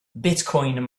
bitcoin